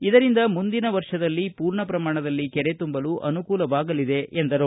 ಇದರಿಂದ ಮುಂದಿನ ವರ್ಷದಲ್ಲಿ ಪೂರ್ಣ ಪ್ರಮಾಣದಲ್ಲಿ ಕೆರೆ ತುಂಬಲು ಅನುಕೂಲವಾಗಲಿದೆ ಎಂದರು